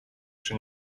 czy